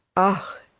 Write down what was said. ah!